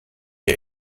wir